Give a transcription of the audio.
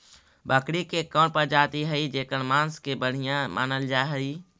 बकरी के कौन प्रजाति हई जेकर मांस के बढ़िया मानल जा हई?